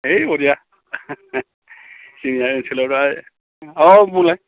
है अरजाया जोंना ओनसोलाव दा अह बुंलाय